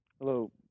Hello